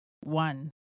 one